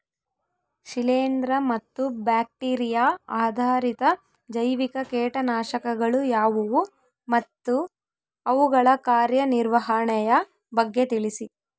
ಶಿಲೇಂದ್ರ ಮತ್ತು ಬ್ಯಾಕ್ಟಿರಿಯಾ ಆಧಾರಿತ ಜೈವಿಕ ಕೇಟನಾಶಕಗಳು ಯಾವುವು ಮತ್ತು ಅವುಗಳ ಕಾರ್ಯನಿರ್ವಹಣೆಯ ಬಗ್ಗೆ ತಿಳಿಸಿ?